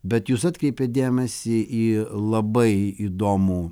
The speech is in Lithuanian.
bet jūs atkreipėt dėmesį į labai įdomų